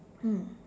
mm